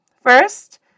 First